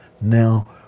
now